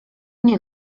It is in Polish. nie